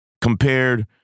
compared